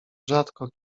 rzadko